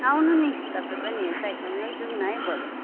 आउनु नि तपाईँ पनि यतै सँगै जाऔँ है बरु